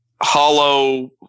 hollow